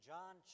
John